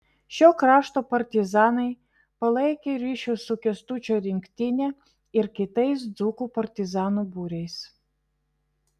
šio krašto partizanai palaikė ryšius su kęstučio rinktine ir kitais dzūkų partizanų būriais